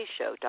Show